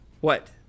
What